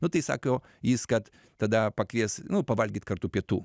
nu tai sako jis kad tada pakvies nu pavalgyt kartu pietų